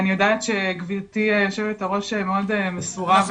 אני יודעת שגברתי יושבת הראש מאוד מסורה.